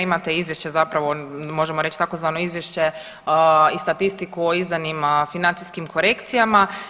Imate izvješće zapravo možemo reći tzv. izvješće i statistiku o izdanim financijskim korekcijama.